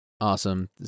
awesome